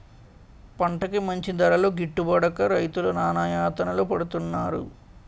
పంటకి మంచి ధరలు గిట్టుబడక రైతులు నానాయాతనలు పడుతున్నారు